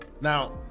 Now